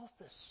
office